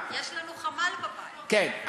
כן,